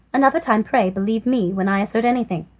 another time pray believe me when i assert anything.